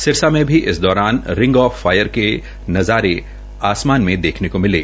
सिरसा से भी इस दौरान रिंग आफ फायर के नज़ारे आसमान मे देखने को मिले